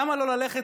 למה לא ללכת